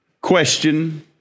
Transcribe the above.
question